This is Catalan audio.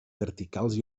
verticals